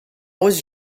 was